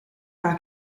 war